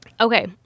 Okay